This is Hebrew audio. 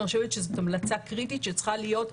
אני חושבת שזאת המלצה קריטית שצריכה להיות,